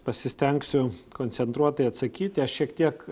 pasistengsiu koncentruotai atsakyti aš šiek tiek